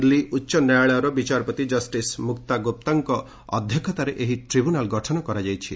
ଦିଲ୍ଲୀ ଉଚ୍ଚ ନ୍ୟାୟାଳୟର ବିଚାରପତି ଜଷ୍ଟିସ୍ ମୁକ୍ତା ଗୁପ୍ତାଙ୍କ ଅଧ୍ୟକ୍ଷତାରେ ଏହି ଟ୍ରାଇବୁନାଲ ଗଠନ କରାଯାଇଛି